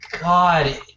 god